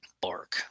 Bark